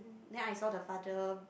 then I saw the father